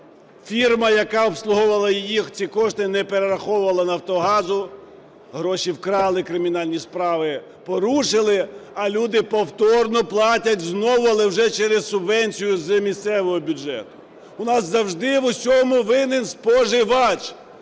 Фірма, яка обслуговувала їх, ці кошти не перераховувала "Нафтогазу", гроші вкрали, кримінальні справи порушили. А люди повторно платять знову, але вже через субвенцію з місцевого бюджету. У нас завжди в усьому винен споживач!